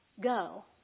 Go